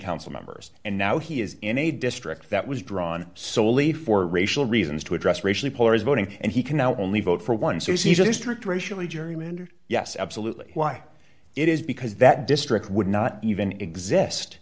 council members and now he is in a district that was drawn solely for racial reasons to address racially polarized voting and he can now only vote for one since he's a district racially gerrymandered yes absolutely why it is because that district would not even exist